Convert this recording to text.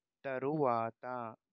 తరువాత